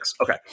Okay